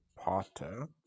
potter